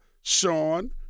Sean